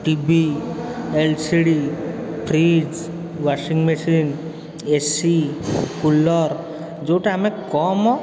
T V L C D fridge washing machine A C cooler ଯେଉଁଟା ଆମେ କମ୍